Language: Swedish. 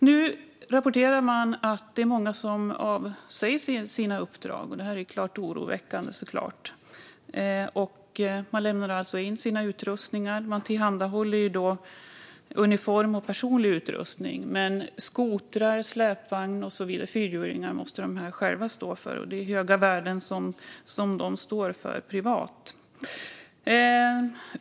Nu rapporterar man att det är många som avsäger sig sina uppdrag, vilket såklart är oroväckande. De lämnar alltså in sina utrustningar. Man tillhandahåller uniform och personlig utrustning. Men skotrar, släpvagnar och fyrhjulingar måste de själva stå för, och det är stora värden som de står för privat.